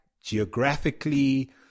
geographically